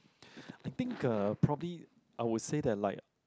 I think uh probably I would say that like